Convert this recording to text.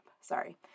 Sorry